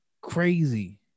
crazy